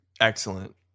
excellent